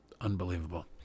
Unbelievable